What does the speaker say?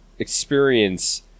experience